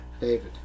David